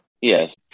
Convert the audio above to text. Yes